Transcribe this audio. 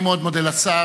אני מאוד מודה לשר.